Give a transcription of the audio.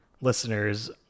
listeners